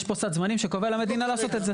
יש פה סד זמנים שקובע למדינה לעשות את זה.